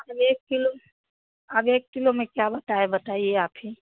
अब एक किलो अब किलो में क्या बताए बताइए आप ही